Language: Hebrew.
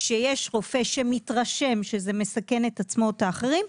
כאשר יש רופא שמתרשם שזה מסכן את עצמו ואתה אחרים,